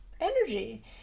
energy